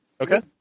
Okay